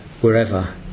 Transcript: wherever